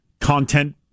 content